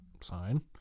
sign